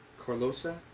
Carlosa